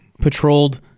patrolled